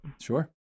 Sure